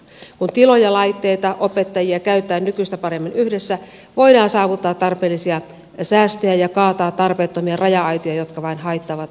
kun tiloja laitteita opettajia käytetään nykyistä paremmin yhdessä voidaan saavuttaa tarpeellisia säästöjä ja kaataa tarpeettomia raja aitoja jotka vain haittaavat tarkoituksenmukaista toimintaa